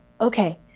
okay